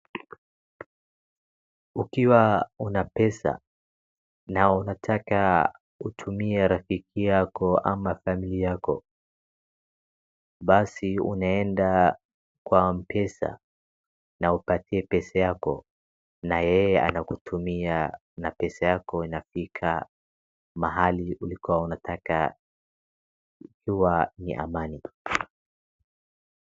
Ukiwa una pesa, na unataka kutumia rafiki yako ama familia yako, basi unaenda kwa Mpesa na upatie pesa yako na yeye anakutumia na pesa yako inafika mahali ulikuwa unataka.